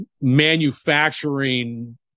manufacturing